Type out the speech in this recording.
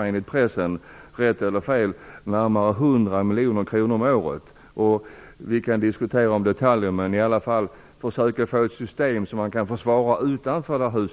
Enligt pressen kostar det - rätt eller fel - närmare 100 miljoner kronor om året. Detaljer kan diskuteras. I varje fall gäller det att försöka få ett system som kan försvaras utanför detta hus.